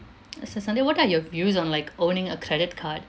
s~ santhi what are your views on like owning a credit card